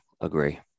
agree